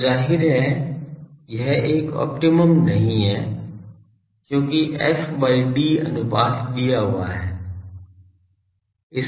तो जाहिर है यह एक ऑप्टिमम नहीं है क्योंकि f by d अनुपात दिया हुआ है